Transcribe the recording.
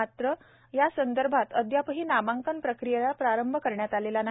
मात्रही यासंदर्भात अद्यापही नामांकन प्रक्रियेला प्रारंभ करण्यात आलेला नाही